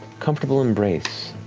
comfortable embrace